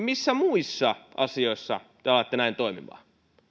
missä muissa asioissa te alatte näin toimimaan